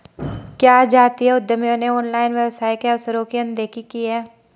क्या जातीय उद्यमियों ने ऑनलाइन व्यवसाय के अवसरों की अनदेखी की है?